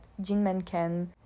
Jinmenken